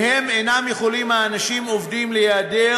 שמהם אנשים עובדים אינם יכולים להיעדר